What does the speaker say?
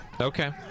Okay